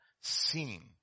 seen